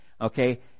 Okay